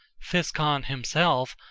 physcon himself,